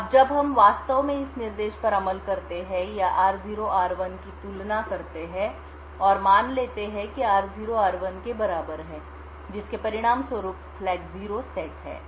अब जब हम वास्तव में इस निर्देश पर अमल करते हैं या r0 r1 की तुलना करते हैं और मान लेते हैं कि r0 r1 के बराबर है जिसके परिणामस्वरूप फ्लैग 0 सेट है